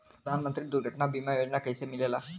प्रधानमंत्री दुर्घटना बीमा योजना कैसे मिलेला?